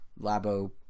Labo